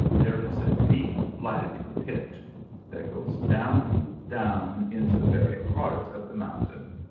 there is a deep black pit that goes down, down into the very heart of the mountain.